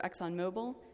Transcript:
ExxonMobil